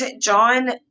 John